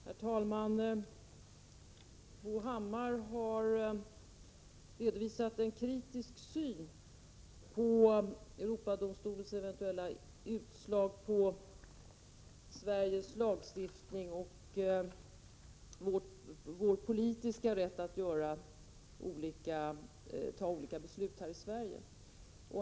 Herr talman! Bo Hammar har redovisat en kritisk syn på Europadomstolens eventuella utslag om Sveriges lagstiftning och vår politiska rätt att fatta olika beslut här i Sverige.